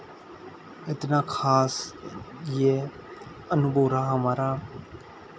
इतना खास ये अनुभव रहा हमारा